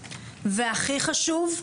והכי חשוב,